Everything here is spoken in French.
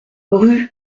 rue